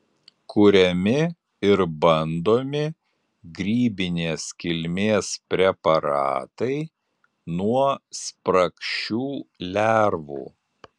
kuriami ir bandomi grybinės kilmės preparatai nuo spragšių lervų